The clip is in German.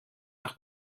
nach